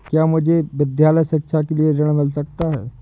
क्या मुझे विद्यालय शिक्षा के लिए ऋण मिल सकता है?